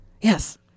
Yes